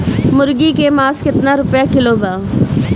मुर्गी के मांस केतना रुपया किलो बा?